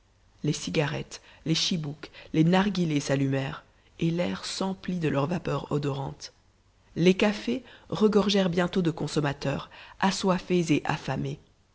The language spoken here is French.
les cigarettes les chibouks les narghilés s'allumèrent et l'air s'emplit de leur vapeur odorante les cafés regorgèrent bientôt de consommateurs assoiffés et affamés